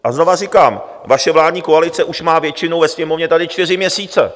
A znova říkám, vaše vládní koalice už má většinu tady ve Sněmovně čtyři měsíce.